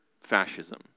fascism